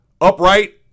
upright